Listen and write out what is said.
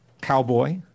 cowboy